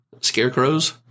scarecrows